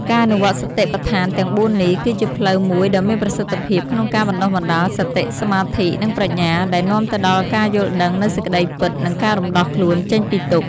ការអនុវត្តន៍សតិប្បដ្ឋានទាំងបួននេះ គឺជាផ្លូវមួយដ៏មានប្រសិទ្ធភាពក្នុងការបណ្ដុះបណ្ដាល សតិ សមាធិ និង ប្រាជ្ញា ដែលនាំទៅដល់ការយល់ដឹងនូវសេចក្តីពិត និងការរំដោះខ្លួនចេញពីទុក្ខ។